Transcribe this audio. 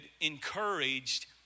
encouraged